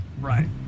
Right